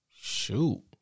Shoot